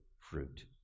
fruit